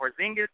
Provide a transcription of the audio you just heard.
Porzingis